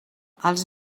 els